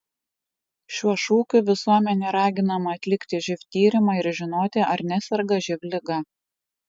šiuo šūkiu visuomenė raginama atlikti živ tyrimą ir žinoti ar neserga živ liga